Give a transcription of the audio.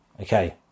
Okay